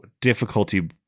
difficulty